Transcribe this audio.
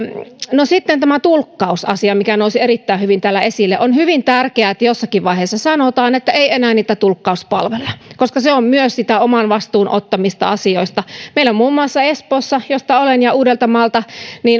sitten tämä tulkkausasia mikä nousi erittäin hyvin täällä esille on hyvin tärkeää että jossakin vaiheessa sanotaan että ei enää niitä tulkkauspalveluja koska se on myös sitä oman vastuun ottamista asioista muun muassa meillä espoossa josta olen ja uudellamaalla